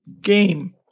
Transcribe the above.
game